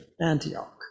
Antioch